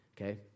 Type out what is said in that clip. okay